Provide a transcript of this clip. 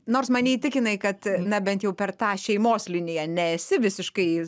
nors mane įtikinai kad na bent jau per tą šeimos liniją nesi visiškai